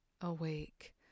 awake